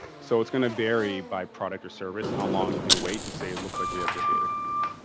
so, it's gonna vary by product or service how long you can wait to say it looks like we have good data coming in.